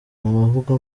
abavuga